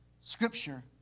Scripture